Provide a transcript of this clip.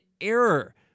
error